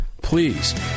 please